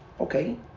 Okay